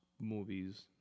movies